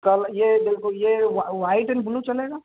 काला ये देखो ये व्हाइट एन ब्लू चलेगा